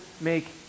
make